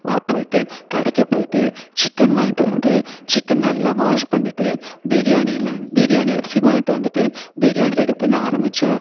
நான் போய்விட்டு கடைக்கு போய்விட்டு சிக்கன் வாங்கிகிட்டு வந்து சிக்கன் நல்லா வாஷ் பண்ணிட்டு பிரியாணியில பிரியாணி அரிசி வாங்கிகிட்டு வந்துவிட்டு பிரியாணி ரெடி பண்ண ஆரம்பிச்சேன்